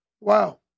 wow